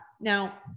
now